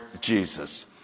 Jesus